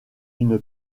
une